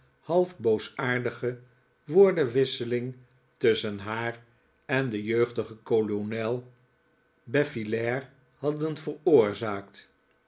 half boosaardige woordenwisseling tusschen haar en den jeugdigen kolonel befillaire hadden veroorzaakt